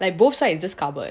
like both sides is just covered